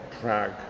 Prague